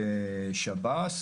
בשב"ס.